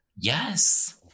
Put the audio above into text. Yes